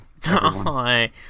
Hi